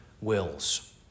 wills